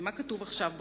מה כתוב עכשיו בחוק?